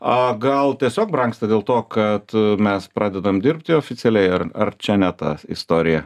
o gal tiesiog brangsta dėl to kad mes pradedam dirbti oficialiai ar ar čia ne ta istorija